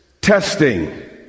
testing